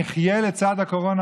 נחיה לצד הקורונה,